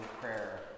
prayer